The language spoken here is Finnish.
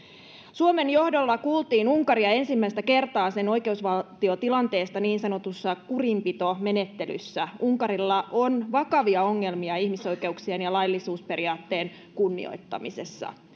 suomen johdolla unkaria kuultiin ensimmäistä kertaa sen oikeusvaltiotilanteesta niin sanotussa kurinpitomenettelyssä unkarilla on vakavia ongelmia ihmisoikeuksien ja laillisuusperiaatteen kunnioittamisessa